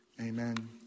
amen